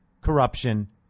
corruption